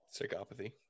Psychopathy